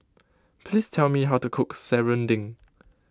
please tell me how to cook Serunding